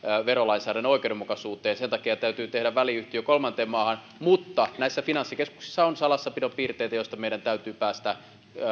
verolainsäädännön oikeudenmukaisuuteen ja sen takia täytyy tehdä väliyhtiö kolmanteen maahan mutta näissä finanssikeskuksissa on salassapidon piirteitä joista meidän täytyy päästä